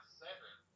seven